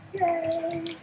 Yay